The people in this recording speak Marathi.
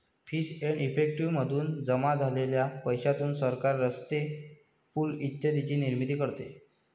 फीस एंड इफेक्टिव मधून जमा झालेल्या पैशातून सरकार रस्ते, पूल इत्यादींची निर्मिती करते